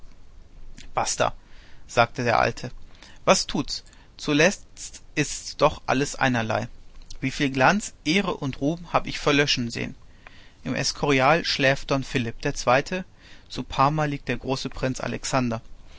basta sagte der alte was tut's zuletzt ist's doch alles einerlei wieviel glanz ehre und ruhm hab ich verlöschen sehen im escurial schläft don philipp der zweite zu parma liegt der große prinz alexander